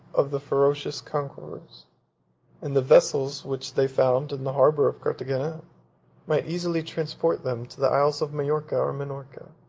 of the ferocious conquerors and the vessels which they found in the harbor of carthagena might easily transport them to the isles of majorca and minorca,